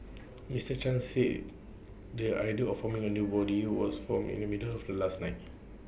Mister chan said the idea of forming A new body was formed in the middle of last night